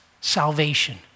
salvation